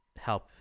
Help